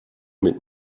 mit